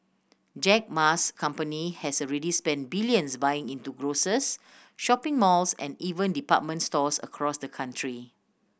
Jack Ma's company has already spent billions buying into grocers shopping malls and even department stores across the country